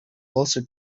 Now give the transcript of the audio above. also